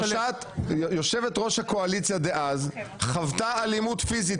יושבת-ראש הקואליציה דאז חוותה אלימות פיזית,